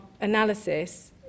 analysis